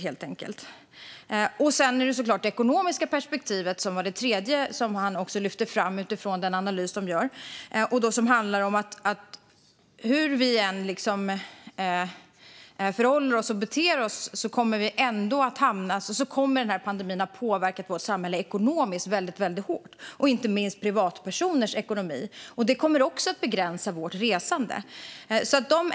Så finns såklart det ekonomiska perspektivet, vilket var det tredje som han lyfte fram, och det handlar om att hur vi än förhåller oss och beter oss kommer pandemin att ha påverkat vårt samhälle väldigt hårt ekonomiskt. Det gäller inte minst privatpersoners ekonomi, vilket också kommer att begränsa vårt resande.